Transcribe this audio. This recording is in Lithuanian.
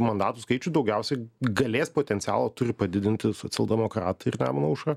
mandatų skaičių daugiausiai galės potencialo turi padidinti socialdemokratai ir nemuno aušra